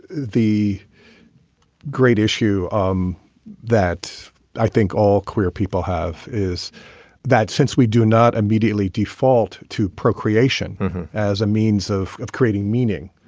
the great issue um that i think all queer people have is that since we do not immediately default to procreation as a means of of creating meaning,